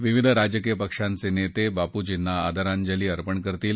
विविध राजकीय पक्षांचे नेते बापूजींना आदरांजली अर्पण करतील